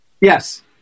Yes